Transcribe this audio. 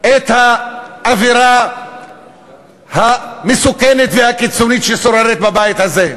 את האווירה המסוכנת והקיצונית ששוררת בבית הזה,